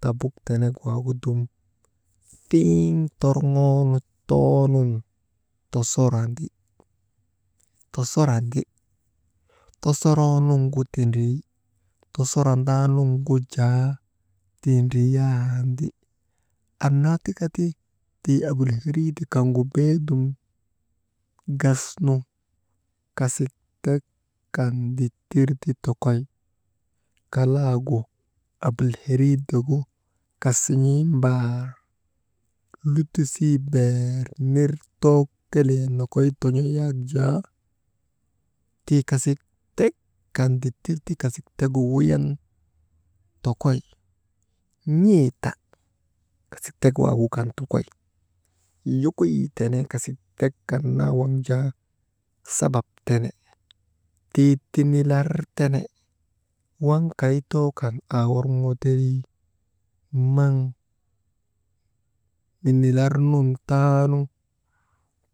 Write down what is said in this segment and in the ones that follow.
Tabuk tenek waagu dum fiiŋ torŋoonu too nun tosorandi, tosorandi, tosoroonuŋgu tindrii, tosorandaanuŋgu jaa tindriyandi, annaa tika ka ti tii abilheriide kaŋgu beedum gasnu kasik tek kan dittir ti tikoy, kalaagu abilheriidegu, kasin̰ii mbaar lutisii beer nir too kelee nokoy ton̰o yak jaa, tii kasiktek kan dittirti kasik tegu wuyan tokoy, n̰ee ta, kasik tek waagu kan tokoy, yokoyii tenee kasik tek kan naa waŋ jaa, sabab tene tii tinilar tene waŋ kay too kan aa worŋoo terii, maŋ minilarnun taanu,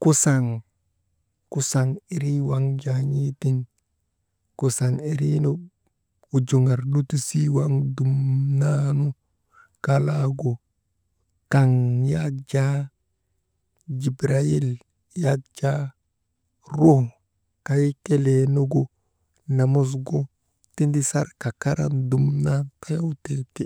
kusaŋ, kusaŋ irii waŋ jaa n̰eetiŋ, kusaŋ iriinu wunjuŋar lutisii waŋ dumnanu kalaagu kaŋ yak jaa dibirayil yak jaa, ruu kay keleenugu namusgu, tindisarka karan dumnan tayaw tee ti.